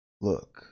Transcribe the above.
Look